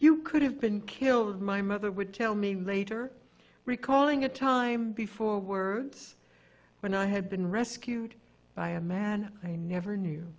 you could have been killed my mother would tell me later recalling a time before words when i had been rescued by a man i never knew